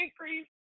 increase